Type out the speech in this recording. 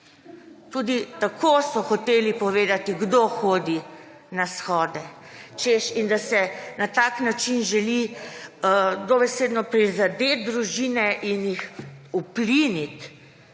Tudi tako so hoteli povedati, kdo hodi na shode in da se na tak način želi dobesedno prizadeti družine in jih upliniti.